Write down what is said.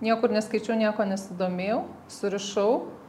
niekur neskaičiau niekuo nesidomėjau surišau